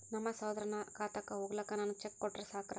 ರೊಕ್ಕ ನಮ್ಮಸಹೋದರನ ಖಾತಕ್ಕ ಹೋಗ್ಲಾಕ್ಕ ನಾನು ಚೆಕ್ ಕೊಟ್ರ ಸಾಕ್ರ?